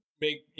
make